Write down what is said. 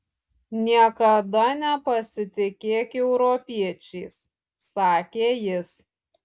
niekada nepasitikėk europiečiais sakė jis